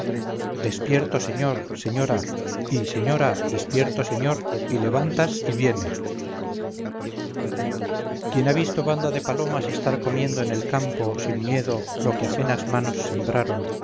despierto señor señora y señora despierto señor y levantas y viene quien ha visto banda de palomas estar comiendo en el campo sin miedo lo que ajenas manos sembraron